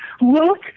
look